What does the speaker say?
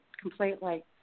completely